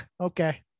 okay